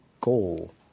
goal